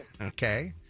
Okay